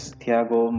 Thiago